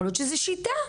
יכול להיות שזה שיטה.